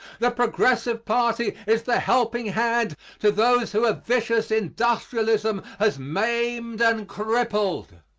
the progressive party is the helping hand to those whom a vicious industrialism has maimed and crippled.